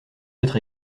être